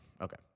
Okay